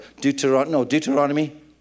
Deuteronomy